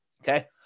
Okay